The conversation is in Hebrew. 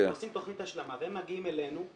הם עושים תכנית השלמה והם מגיעים אלינו,